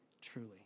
truly